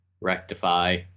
rectify